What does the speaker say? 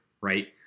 right